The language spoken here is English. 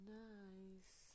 nice